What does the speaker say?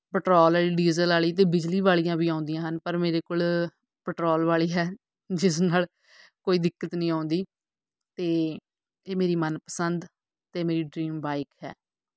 petrol diesel ਵਾਲੀ ਅਤੇ ਬਿਜਲੀ ਵਾਲੀਆਂ ਵੀ ਆਉਂਦੀਆਂ ਹਨ ਪਰ ਮੇਰੇ ਕੋਲ ਪੈਟਰੋਲ ਵਾਲੀ ਹੈ ਜਿਸ ਨਾਲ ਕੋਈ ਦਿੱਕਤ ਨਹੀਂ ਆਉਂਦੀ ਅਤੇ ਇਹ ਮੇਰੀ ਮਨਪਸੰਦ ਅਤੇ ਮੇਰੀ ਡਰੀਮ ਬਾਈਕ ਹੈ